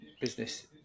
business